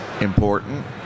important